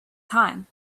time